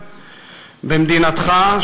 במדינתך,